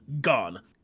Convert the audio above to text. gone